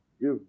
give